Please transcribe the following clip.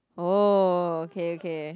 oh okay okay